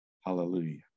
Hallelujah